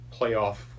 playoff